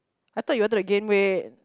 I thought you wanted to gain weight